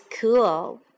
cool